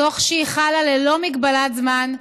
תוך שהיא חלה ללא מגבלת זמן,